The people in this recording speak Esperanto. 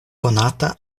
konata